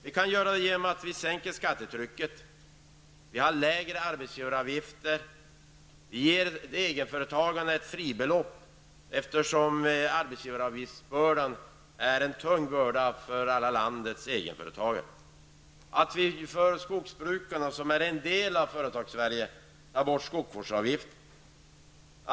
Vi kan göra det genom att sänka skattetrycket, införa lägre arbetsgivaravgifter samt ge egenföretagarna ett fribelopp, eftersom arbetsgivaravgiftsbördan är en tung börda för alla landets egenföretagare. För skogsbrukarna som är en del av Företagssverige kan vi ta bort skogsvårdsavgiften.